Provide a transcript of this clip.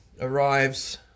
arrives